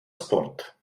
sport